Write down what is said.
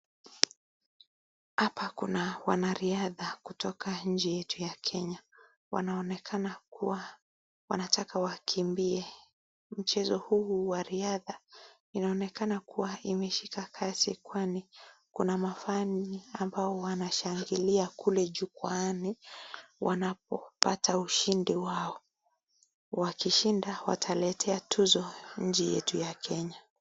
Hapa kuna wanariadha kutoka nchi yetu ya Kenya. Wanaonekana kuwa wanataka wakimbie mchezo huo wa riadha. Inaonekana kuwa imeshika kasi kwani kuna mafan ambao wanashangilia kule jukwaani, wanapopata ushindi wao wakishinda, wataletea tuzo nchi yetu ya Kenya.